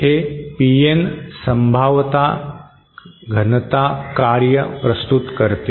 हे पीएन संभाव्यता घनता कार्य प्रस्तुत करते